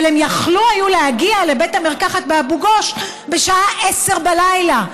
אבל הם יכלו להגיע לבית המרקחת באבו גוש בשעה 22:00,